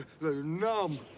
numb